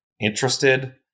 interested